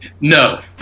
No